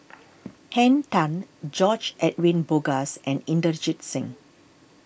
Henn Tan George Edwin Bogaars and Inderjit Singh